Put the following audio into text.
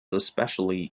especially